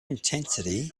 intensity